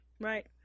right